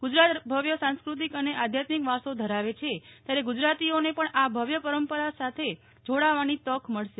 ગુજરાત ભવ્ય સાંસ્કૃતિક અને આધ્યાત્મિક વારસો ધરાવે છે ત્યારે ગુજરાતીઓને પણ આ ભવ્ય પરંપરામાં સાથે જોડાવાની તક મળશે